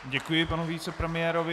Děkuji panu vicepremiérovi.